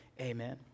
Amen